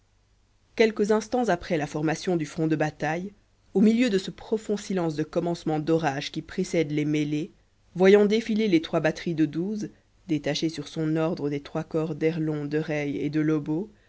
quelques instants après la formation du front de bataille au milieu de ce profond silence de commencement d'orage qui précède les mêlées voyant défiler les trois batteries de douze détachées sur son ordre des trois corps de d'erlon de reille et de lobau